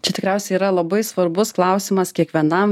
čia tikriausiai yra labai svarbus klausimas kiekvienam